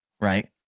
right